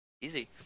easy